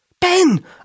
Ben